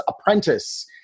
Apprentice